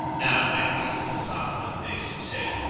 now when king sasan heard this, he said,